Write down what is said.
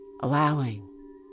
allowing